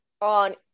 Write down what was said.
on